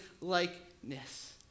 likeness